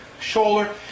shoulder